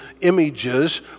images